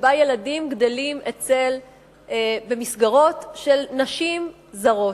שבה ילדים גדלים במסגרות של נשים זרות,